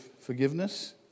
forgiveness